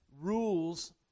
rules